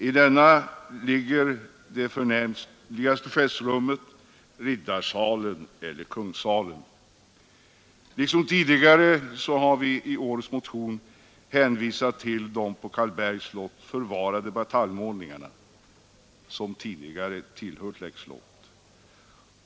I den ligger också det förnämligaste festrummet, Riddarsalen eller Kungssalen. Liksom tidigare har vi i årets motion hänvisat till de på Karlbergs slott förvarade bataljmålningarna, vilka tidigare har tillhört Läckö slott.